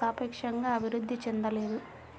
సాపేక్షంగా అభివృద్ధి చెందలేదు